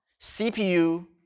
CPU